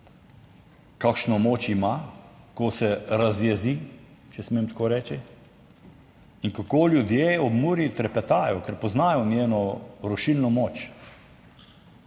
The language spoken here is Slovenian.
kakšno moč ima, ko se razjezi, če smem tako reči, in kako ljudje ob Muri trepetajo, ker poznajo njeno rušilno moč.